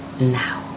now